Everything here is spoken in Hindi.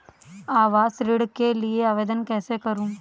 आवास ऋण के लिए आवेदन कैसे करुँ?